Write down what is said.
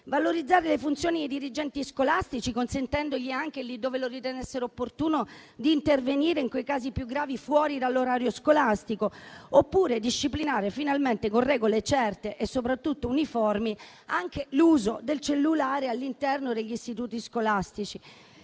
valorizzare le funzioni dei dirigenti scolastici, consentendo loro, laddove lo ritenessero opportuno, di intervenire nei casi più gravi fuori dall'orario scolastico. Infine, avevamo chiesto di disciplinare finalmente, con regole certe e soprattutto uniformi, anche l'uso del cellulare all'interno degli istituti scolastici.